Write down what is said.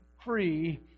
free